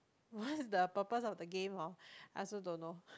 what's the purpose of the game hor I also don't know